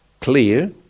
clear